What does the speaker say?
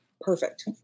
perfect